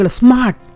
smart